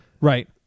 Right